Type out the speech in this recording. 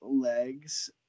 legs